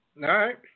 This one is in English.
right